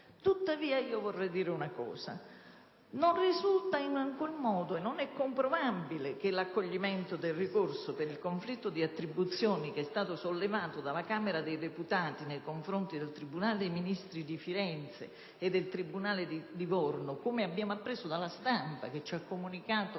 Tuttavia vorrei aggiungere che non risulta in alcun modo e non è comprovabile che l'accoglimento del ricorso per conflitto di attribuzione sollevato dalla Camera dei deputati nei confronti del tribunale dei ministri di Firenze e del tribunale di Livorno (come abbiamo appreso dalla stampa, che ci ha comunicato